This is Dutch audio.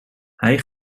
hij